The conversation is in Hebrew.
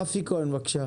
רפי כהן, בבקשה.